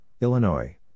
Illinois